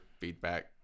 feedback